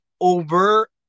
over